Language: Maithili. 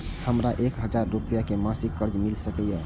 हमरा एक हजार रुपया के मासिक कर्ज मिल सकिय?